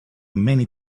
many